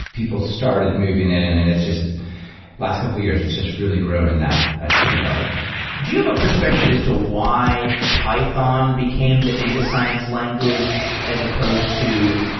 people started moving in and it's just last couple of years, it's just really grown in that that regard do you have a perspective as to why python became the data science language as supposed to